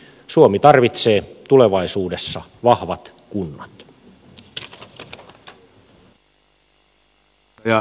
suomi tarvitsee tulevaisuudessa vahvat kunnat